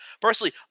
Personally